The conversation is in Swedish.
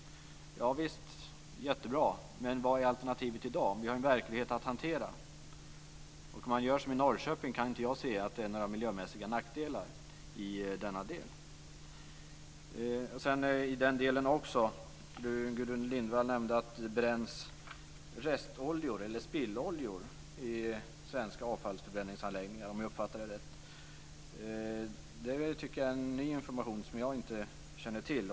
Det är jättebra. Men vad är alternativet i dag? Vi har en verklighet att hantera. Och om man gör som i Norrköping kan inte jag se att det finns några miljömässiga nackdelar i denna del. Gudrun Lindvall nämnde att det bränns restoljor eller spilloljor i svenska avfallsförbränningsanläggningar, om jag uppfattade det rätt. Det är en ny information som jag inte känner till.